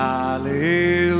Hallelujah